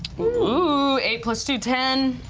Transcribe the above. ooh, eight plus two, ten.